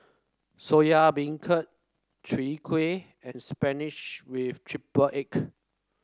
Soya Beancurd Chai Kuih and spinach with triple egg